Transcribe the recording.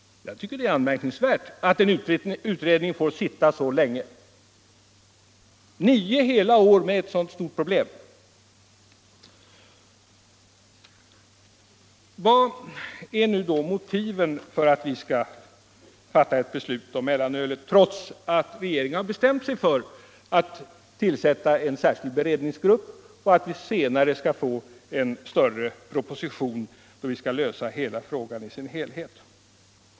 Jag tycker det är anmärkningsvärt att en utredning får sitta så länge —- nio hela år — med ett så stort problem. Vilka är då motiven för att vi skall fatta ett beslut om mellanölet, trots att regeringen har bestämt sig för att tillsätta en särskild beredningsgrupp och trots att vi senare skall få en större proposition, då vi skall lösa frågan i dess helhet?